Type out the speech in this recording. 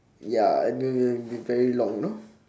ya gonna be very long you know